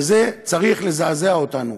וזה צריך לזעזע אותנו.